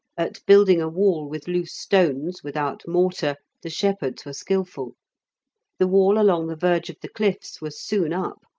at building a wall with loose stones, without mortar, the shepherds were skilful the wall along the verge of the cliffs was soon up,